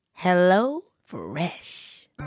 HelloFresh